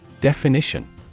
Definition